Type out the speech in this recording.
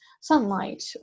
sunlight